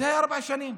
זה היה ארבע שנים?